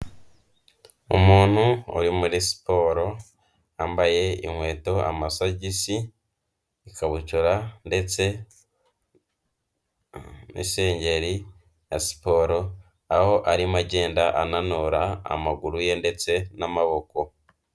Umuntu uri muri siporo yambaye inkweto, amasogisi, ikabutura ndetse n'isengeri ya siporo, aho arimo agenda ananura amaguru ye ndetse n'amaboko.